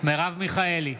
מרב מיכאלי,